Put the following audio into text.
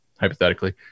hypothetically